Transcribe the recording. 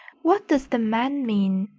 what does the man mean?